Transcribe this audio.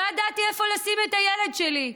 לא ידעתי איפה לשים את הילד שלי.